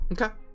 Okay